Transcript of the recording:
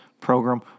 program